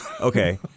Okay